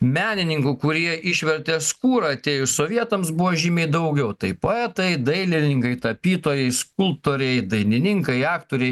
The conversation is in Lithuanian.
menininkų kurie išvertė skūrą atėjus sovietams buvo žymiai daugiau tai poetai dailininkai tapytojai skulptoriai dainininkai aktoriai